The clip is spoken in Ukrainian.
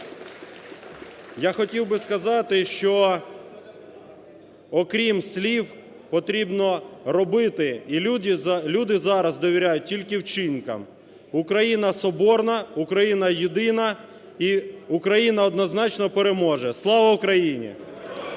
Я хотів би сказати, що окрім слів потрібно робити і люди зараз довіряють тільки вчинкам. Україна – соборна, Україна – єдина і Україна, однозначно, переможе. Слава Україні!